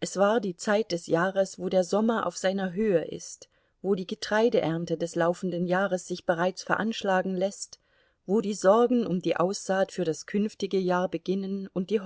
es war die zeit des jahres wo der sommer auf seiner höhe ist wo die getreideernte des laufenden jahres sich bereits veranschlagen läßt wo die sorgen um die aussaat für das künftige jahr beginnen und die